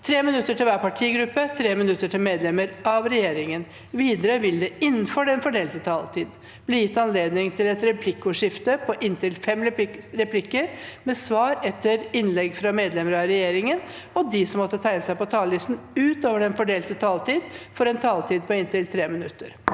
3 minutter til hver partigruppe og 3 minutter til medlemmer av regjeringen. Videre vil det – innenfor den fordelte taletid – bli gitt anledning til et replikkordskifte på inntil fem replikker med svar etter innlegg fra medlemmer av regjering en, og de som måtte tegne seg på talerlisten utover den fordelte taletid, får også en taletid på inntil 3 minutter.